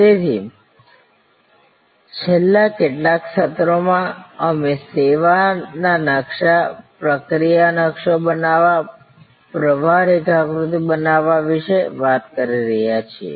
તેથી છેલ્લા કેટલાક સત્રોમાં અમે સેવા ના નકશા પ્રક્રિયા નકશો બનાવવા પ્રવાહ રેખાકૃતિ બનાવવા વિશે વાત કરી રહ્યા છીએ